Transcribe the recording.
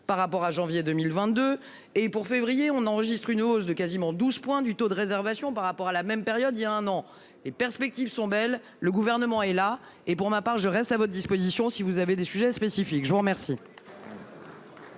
par rapport à janvier 2022 et pour février on enregistre une hausse de quasiment 12 points du taux de réservations par rapport à la même période il y a un an et perspectives sont belles, le gouvernement est là et pour ma part je reste à votre disposition si vous avez des sujets spécifiques, je vous remercie.